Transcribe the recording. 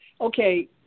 okay